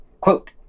Quote